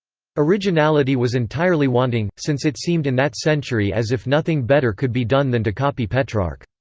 originality was entirely wanting, since it seemed in that century as if nothing better could be done than to copy petrarch.